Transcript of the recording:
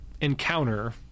encounter